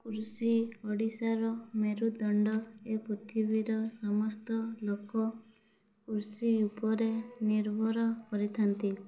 କୃଷି ଓଡ଼ିଶାର ମେରୁଦଣ୍ଡ ଏ ପୃଥିବୀର ସମସ୍ତ ଲୋକ କୃଷି ଉପରେ ନିର୍ଭର କରିଥାନ୍ତି